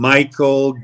Michael